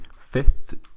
fifth